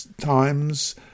times